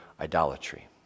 idolatry